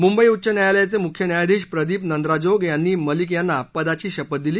मुंबई उच्च न्यायालयाचे मुख्य न्यायाधीश प्रदीप नंद्राजोग यांनी मालिक यांना पदाची शपथ दिली